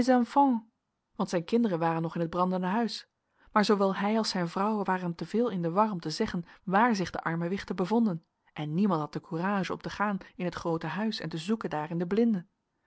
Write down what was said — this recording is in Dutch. want zijn kinderen waren nog in het brandende huis maar zoowel hij als zijn vrouw waren te veel in de war om te zeggen waar zich de arme wichten bevonden en niemand had de courage om te gaan in het groote huis en te zoeken daar in den blinde